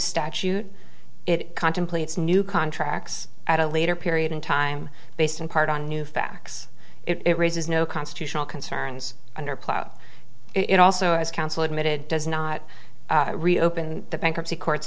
statute it contemplates new contracts at a later period in time based in part on new facts it raises no constitutional concerns under plot it also as counsel admitted does not reopen the bankruptcy court